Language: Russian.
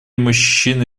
мужчины